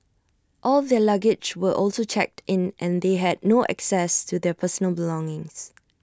all their luggage were also checked in and they had no access to their personal belongings